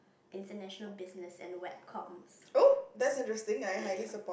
International Business and Web Comms